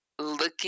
looking